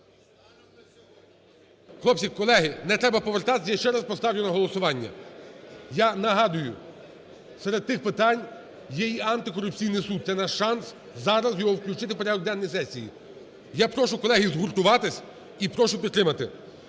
Хлопці, колеги! Не треба повертатися, я ще раз поставлю на голосування. Я нагадую, серед тих питань є й антикорупційний суд, це наш шанс зараз його включити в порядок денний сесії. Я прошу, колеги, згуртуватися і прошу підтримати.